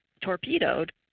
torpedoed